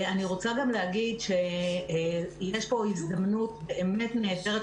אני רוצה גם להגיד שיש פה הזדמנות באמת נהדרת,